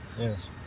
yes